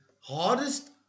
hardest